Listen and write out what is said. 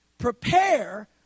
Prepare